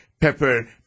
pepper